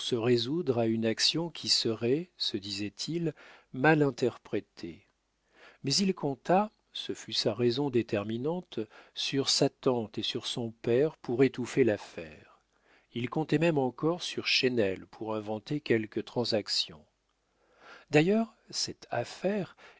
se résoudre à une action qui serait se disait-il mal interprétée mais il compta ce fut sa raison déterminante sur sa tante et sur son père pour étouffer l'affaire il comptait même encore sur chesnel pour inventer quelque transaction d'ailleurs cette affaire